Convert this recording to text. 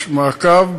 יש מעקב,